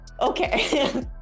Okay